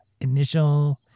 initial